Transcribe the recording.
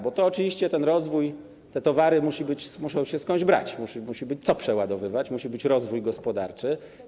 Bo oczywiście ten rozwój, te towary muszą się skądś brać, musi być co przeładowywać, musi być rozwój gospodarczy.